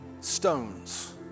stones